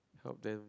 help them